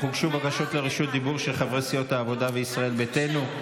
אך הוגשו בקשות לרשות דיבור של חברי סיעות העבודה וישראל ביתנו.